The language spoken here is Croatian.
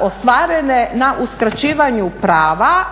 ostvarene na uskraćivanju prava,